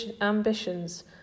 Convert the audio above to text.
ambitions